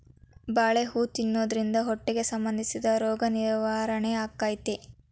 ಬಾಳೆ ಹೂ ತಿನ್ನುದ್ರಿಂದ ಹೊಟ್ಟಿಗೆ ಸಂಬಂಧಿಸಿದ ರೋಗ ನಿವಾರಣೆ ಅಕೈತಿ